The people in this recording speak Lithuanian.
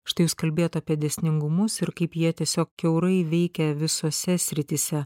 štai jūs kalbėjot apie dėsningumus ir kaip jie tiesiog kiaurai veikia visose srityse